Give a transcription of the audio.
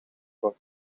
wordt